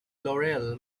laurel